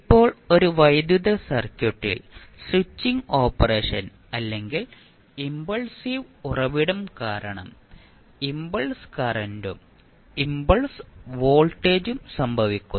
ഇപ്പോൾ ഒരു വൈദ്യുത സർക്യൂട്ടിൽ സ്വിച്ചിംഗ് ഓപ്പറേഷൻ അല്ലെങ്കിൽ ഇംപൾസീവ് ഉറവിടം കാരണം ഇംപൾസ് കറന്റും ഇംപൾസ് വോൾട്ടേജും സംഭവിക്കുന്നു